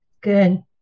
Good